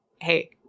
hey